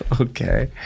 okay